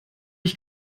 ich